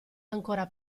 ancora